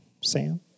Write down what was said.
Sam